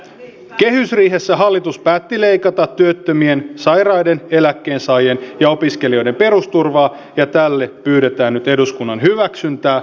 kehysriihessä hallitus päätti leikata työttömien sairaiden eläkkeensaajien ja opiskelijoiden perusturvaa ja tälle pyydetään nyt eduskunnan hyväksyntää